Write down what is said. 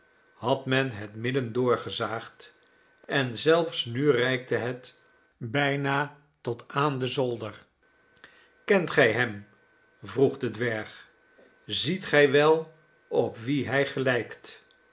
had men het middendoor gezaagd en zelfs nu reikte het bijna tot aan den zolder kent gij hem vroeg de dwerg ziet gij wel op wien hij gelijkt